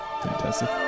fantastic